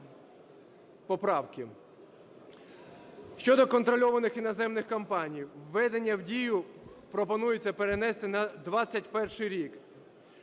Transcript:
Щодо контрольованих іноземних компаній, введення в дію пропонується перенести на 21-й рік.